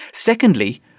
Secondly